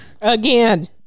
Again